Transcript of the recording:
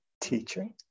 teaching